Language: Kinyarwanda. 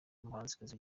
umuhanzikazi